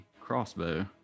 crossbow